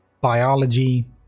biology